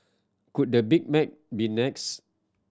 could the Big Mac be next